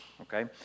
Okay